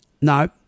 no